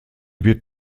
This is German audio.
wird